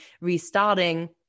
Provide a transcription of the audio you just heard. restarting